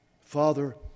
Father